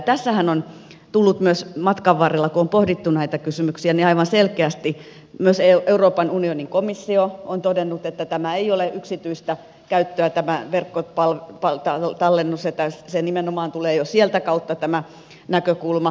tässähän on matkan varrella kun on pohdittu näitä kysymyksiä aivan selkeästi myös euroopan unionin komissio todennut että tämä verkkotallennus ei ole yksityistä käyttöä niin että se tulee nimenomaan jo sitä kautta tämä näkökulma